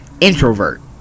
introvert